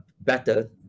better